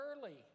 early